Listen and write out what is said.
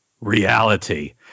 reality